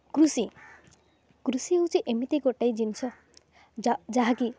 କୃଷି କୃଷି ହେଉଛି ଏମିତି ଗୋଟେ ଜିନିଷ ଯାହା ଯାହାକି